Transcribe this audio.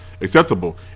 acceptable